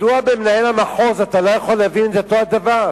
מדוע עם מנהל המחוז אתה לא יכול להבין את אותו הדבר?